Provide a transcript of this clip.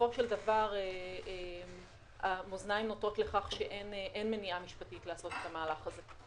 בסופו של דבר המאזניים נוטות לכך שאין מניעה משפטית לעשות את המהלך הזה.